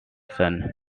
son